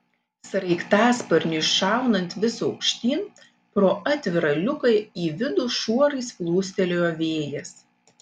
sraigtasparniui šaunant vis aukštyn pro atvirą liuką į vidų šuorais plūstelėjo vėjas